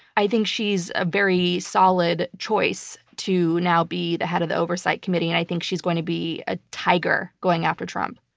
i think she's a very solid choice to now be the head of the oversight committee, and i think she's going to be a tiger going after trump.